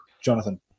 Jonathan